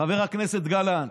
חבר הכנסת גלנט,